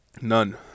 none